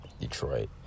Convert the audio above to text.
Detroit